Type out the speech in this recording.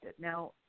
now